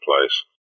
place